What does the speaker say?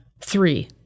Three